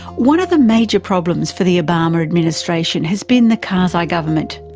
one of the major problems for the obama administration has been the karzai government,